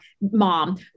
mom